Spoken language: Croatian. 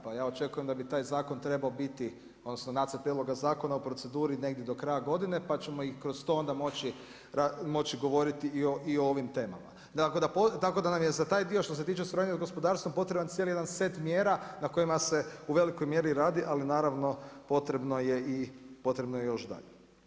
Pa ja očekujem da bi taj zakon trebao biti odnosno nacrt prijedloga zakona u proceduri negdje do kraja godine, pa ćemo i kroz to onda moći govoriti i o ovim temama tako da nam je za taj dio što se tiče suradnja sa gospodarstvom potreban cijeli jedan cijeli set mjera na kojima se u velikoj mjeri radi, ali naravno potrebno je još dalje.